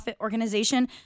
organization